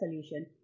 Solution